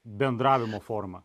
bendravimo formą